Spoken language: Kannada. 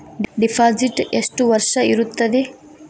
ಡಿಪಾಸಿಟ್ ಎಷ್ಟು ವರ್ಷ ಇರುತ್ತದೆ?